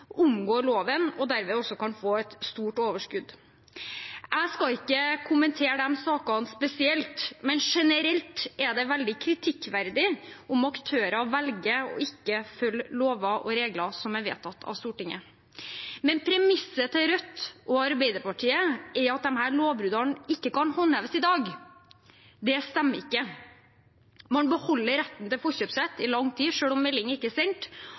omgår loven, og derved også kan få et stort overskudd. Jeg skal ikke kommentere de sakene spesielt, men generelt er det veldig kritikkverdig om aktører velger å ikke følge lover og regler som er vedtatt av Stortinget. Men premisset til Rødt og Arbeiderpartiet er at disse lovbruddene ikke kan håndheves i dag. Det stemmer ikke. Man beholder retten til forkjøpsrett i lang tid, selv om melding ikke er sendt,